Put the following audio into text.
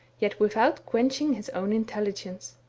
yet without quenching his own intelli gence.